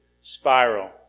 spiral